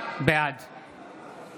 בעד